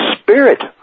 Spirit